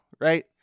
right